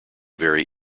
very